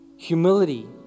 Humility